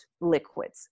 liquids